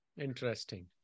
Interesting